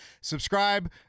subscribe